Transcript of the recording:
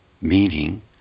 meaning